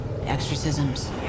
exorcisms